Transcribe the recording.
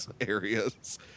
areas